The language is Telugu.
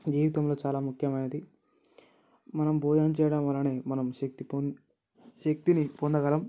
జీవితంలో చాలా ముఖ్యమైనది మనం భోజనం చేయడం వలన మనం శక్తి పొం శక్తిని పొందగలం